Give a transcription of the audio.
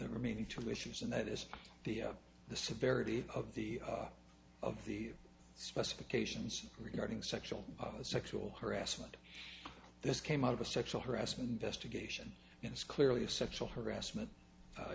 remaining two issues and that is the the severity of the of the specifications regarding sexual sexual harassment this came out of a sexual harassment investigation and it's clearly a sexual harassment